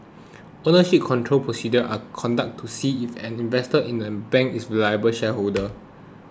ownership control procedures are conducted to see if an investor in a bank is a reliable shareholder